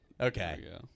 Okay